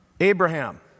Abraham